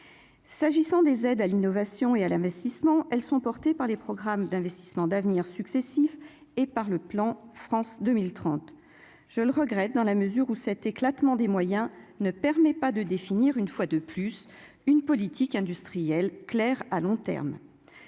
s'agissant des aides à l'innovation et à l'investissement, elles sont portées par les programmes d'investissements d'avenir successifs et par le plan France 2030, je le regrette, dans la mesure où cet éclatement des moyens ne permet pas de définir une fois de plus, une politique industrielle claire à long terme